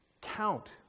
count